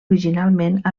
originalment